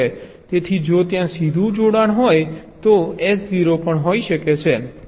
તેથી જો ત્યાં સીધું જોડાણ હોય તો આ S 0 પણ હોઈ શકે છે